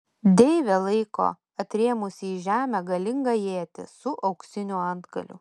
deivė laiko atrėmusi į žemę galingą ietį su auksiniu antgaliu